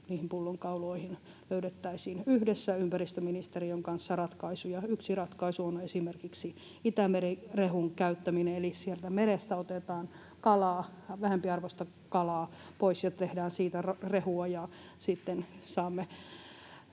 niihin pullonkauloihin, löydettäisiin yhdessä ympäristöministeriön kanssa ratkaisuja. Yksi ratkaisu on esimerkiksi itämerirehun käyttäminen, eli sieltä merestä otetaan vähempiarvoista kalaa pois ja tehdään siitä rehua